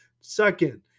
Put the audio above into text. Second